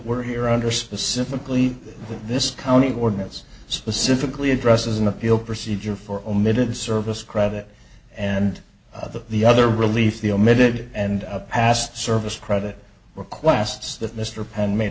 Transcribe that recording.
we're here under specifically in this county ordinance specifically addresses an appeal procedure for omitted service credit and the the other relief the omitted and past service credit requests that mr penn made